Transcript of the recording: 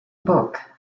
book